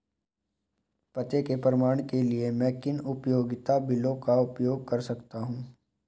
पते के प्रमाण के लिए मैं किन उपयोगिता बिलों का उपयोग कर सकता हूँ?